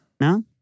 No